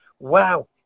Wow